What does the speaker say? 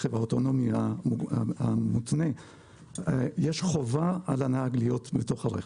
הרכב האוטונומי, יש חובה על הנהג להיות בתוך הרכב.